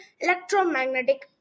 electromagnetic